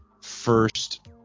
first